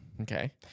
Okay